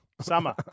Summer